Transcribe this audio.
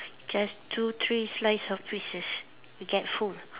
just two three slice of pieces you get full